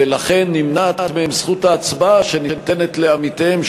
ולכן נמנעת מהם זכות ההצבעה שניתנת לעמיתיהם,